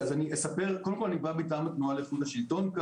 אני בא לכאן מטעם התנועה לאיכות השלטון,